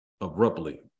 abruptly